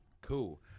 cool